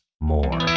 more